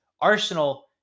Arsenal